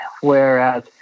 whereas